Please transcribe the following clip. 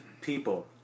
people